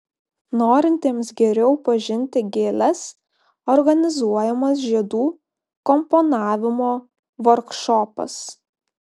norintiems geriau pažinti gėles organizuojamas žiedų komponavimo vorkšopas